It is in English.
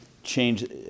change